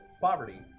poverty